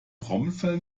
trommelfell